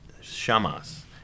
Shamas